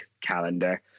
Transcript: calendar